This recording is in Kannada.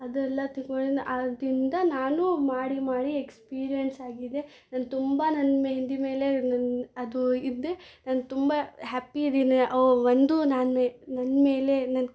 ಅದೆಲ್ಲ ತಿಕ್ಕೊಂಡಿದ್ದು ಆಗಲಿಂದ ನಾನು ಮಾಡಿ ಮಾಡಿ ಎಕ್ಸ್ಪಿರೀಯನ್ಸಾಗಿದೆ ನಂಗೆ ತುಂಬ ನನ್ನ ಮೆಹೆಂದಿ ಮೇಲೆ ನನ್ನ ಅದು ಇದ್ದೆ ನಾನು ತುಂಬ ಹ್ಯಾಪಿ ಇದೀನಿ ಒಂದು ನಾನೇ ನನ್ನಮೇಲೆ ನನ್ಗೆ